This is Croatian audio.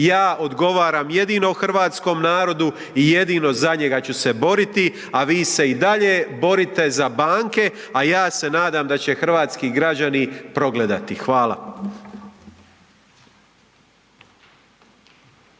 ja odgovaram jedino hrvatskom narodu i jedino za njega ću se boriti, a vi se i dalje borite za banke, a ja se nadam da će hrvatski građani progledati. Hvala.